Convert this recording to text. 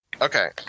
Okay